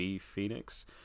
phoenix